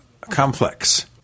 complex